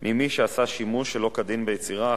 ממי שעשה שימוש שלא כדין ביצירה,